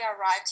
arrived